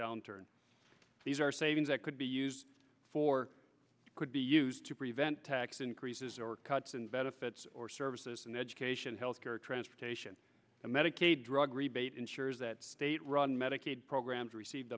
downturn these are savings that could be used for could be used to prevent tax increases or cuts in benefits or services and education health care transportation and medicaid drug rebate ensures that state run medicaid programs receive